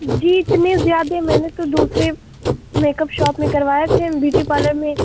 جی اتنے زیادہ میں نے تو دوسرے میک اپ شاپ میں کروائے تھے بیوٹی پارلر میں